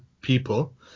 people